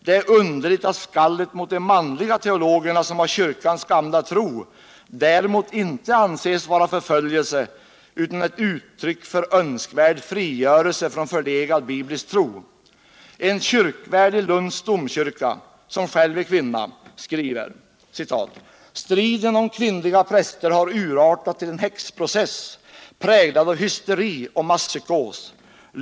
Det är underligt att skallet mot de manliga teologerna som har kyrkans gamla tro däremot inte anses vara förföljelse utan ett uttryck för önskvärd frigörelse från förlegad biblisk tro. En kyrkvärd vid Lunds domkyrka —- som själv är kvinna — skriver: ”Striden om kvinnliga präster har urartat till en häxprocess, präglad av hysteri och masspsykos.